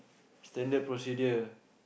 standard procedure